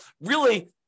really-